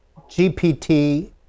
gpt